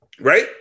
Right